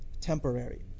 temporary